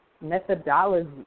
methodology